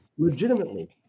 legitimately